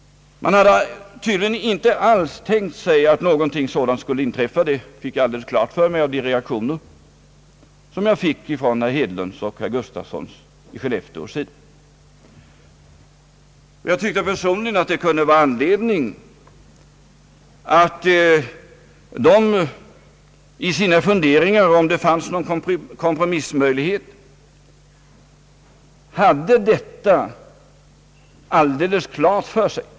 Man hade tydligen inte alls tänkt sig att något sådant skulle inträffa, det fick jag alldeles klart för mig av de reaktioner som jag fick från herr Hedlunds och herr Gustafssons i Skellefteå sida. Jag tyckte personligen att det kunde finnas anledning att göra detta alldeles klart för dem, när de funderade över möjligheterna till en kompromiss.